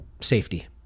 Safety